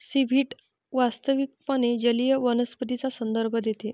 seaweed वास्तविकपणे जलीय वनस्पतींचा संदर्भ देते